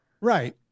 Right